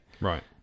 Right